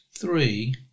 three